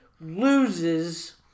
loses